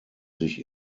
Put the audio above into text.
sich